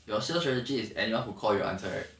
your sales strategy is anyone who call you answer right